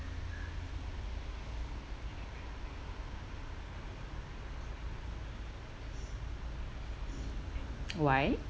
why